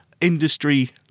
industry